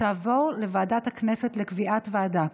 תעבור לוועדת הכנסת לקביעת ועדה,